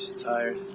tired.